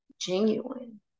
genuine